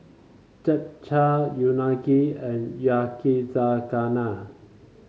Japchae Unagi and Yakizakana